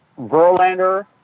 Verlander